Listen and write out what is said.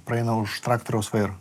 praeina už traktoriaus vairo